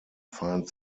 feind